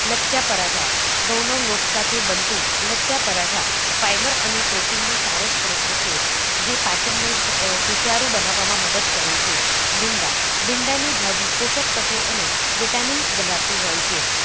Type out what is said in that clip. લચ્છા પરાઠા ઘઉંનો લોટ સાથે બનતું લચ્છા પરાઠા ફાઇબર અને પ્રોટીનનો સારો સ્રોત છે જે પાચનને સુચારુ બનાવવામાં મદદ કરે છે ભીંડા ભીંડાની ભાજી પોષકતત્ત્વો અને વિટામિન્સ ધરાવતી હોય છે